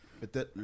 Peut-être